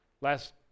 Last